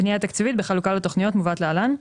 הפנייה התקציבית בחלוקה לתכניות מובאת להלן.